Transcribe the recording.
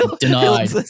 denied